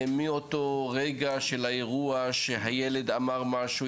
מאותו רגע של האירוע שהילד אמר משהו,